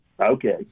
Okay